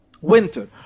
winter